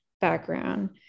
background